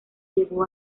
llegó